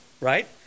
right